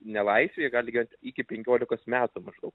nelaisvėj jie gali gyvent iki penkiolikos metų maždaug